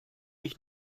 ich